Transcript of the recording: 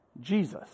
Jesus